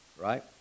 right